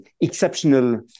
exceptional